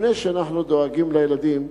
לפני שאנחנו דואגים לילדים,